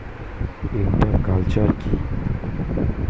Inter culture কি?